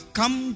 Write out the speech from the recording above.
come